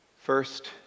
First